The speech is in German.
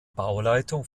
bauleitung